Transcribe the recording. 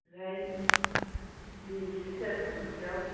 ओमफ्राय बेसेथो फांसेयाव